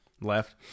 left